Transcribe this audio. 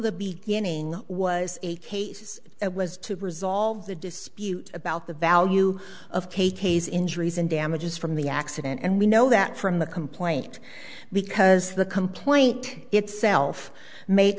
the beginning was a case it was to resolve the dispute about the value of k k s injuries and damages from the accident and we know that from the complaint because the complaint itself ma